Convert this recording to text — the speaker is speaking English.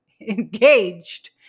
engaged